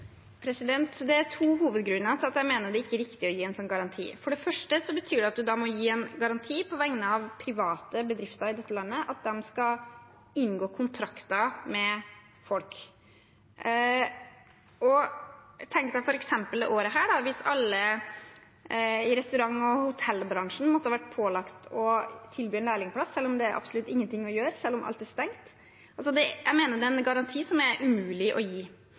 Det er en hovedgrunn til at jeg mener det ikke er riktig å gi en slik garanti. Det betyr at man må gi en garanti på vegne av private bedrifter i dette landet, at de skal inngå kontrakter med folk. Tenk f.eks. på dette året: Hvis alle i restaurant- og hotellbransjen hadde vært pålagt å tilby en lærlingplass, selv om det er absolutt ingenting å gjøre og selv om alt er stengt – da mener jeg er en slik garanti er umulig å gi.